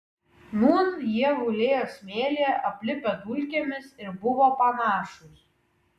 nūn jie gulėjo smėlyje aplipę dulkėmis ir buvo panašūs